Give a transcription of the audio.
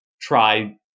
try